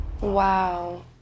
Wow